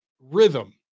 rhythm